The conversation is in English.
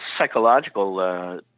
psychological